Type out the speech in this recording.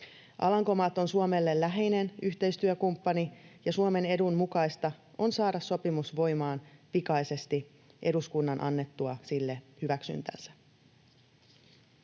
Alankomaat on Suomelle läheinen yhteistyökumppani, ja Suomen edun mukaista on saada sopimus voimaan pikaisesti eduskunnan annettua sille hyväksyntänsä.